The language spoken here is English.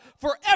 forever